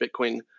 Bitcoin